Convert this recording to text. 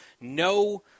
no